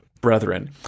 brethren